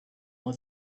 let